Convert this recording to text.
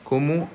como